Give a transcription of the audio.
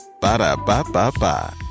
Ba-da-ba-ba-ba